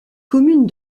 commune